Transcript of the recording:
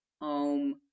home